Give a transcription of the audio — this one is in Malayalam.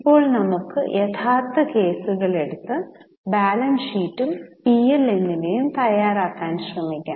ഇപ്പോൾ നമുക്ക് യഥാർത്ഥ കേസുകൾ എടുത്ത് ബാലൻസ് ഷീറ്റും പി എൽ എന്നിവയും തയ്യാറാക്കാൻ ശ്രമിക്കാം